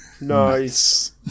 Nice